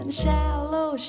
shallow